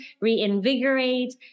reinvigorate